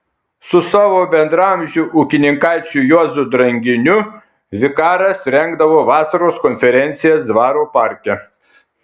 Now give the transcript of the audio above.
su savo bendraamžiu ūkininkaičiu juozu dranginiu vikaras rengdavo vasaros konferencijas dvaro parke